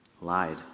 lied